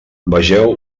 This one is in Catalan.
vegeu